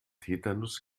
tetanus